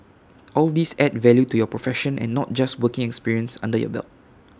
all these add value to your profession and not just working experience under your belt